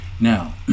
now